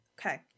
Okay